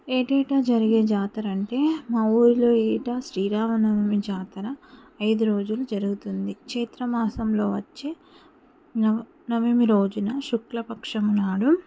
ఏటేటా జరిగే జాతరంటే మా ఊరిలో ఏటా శ్రీరామనవమి జాతర ఐదు రోజులు జరుగుతుంది చైత్ర మాసంలో వచ్చే నవమి రోజున శుక్లపక్షం నాడు